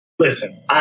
Listen